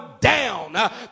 down